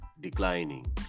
declining